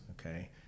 okay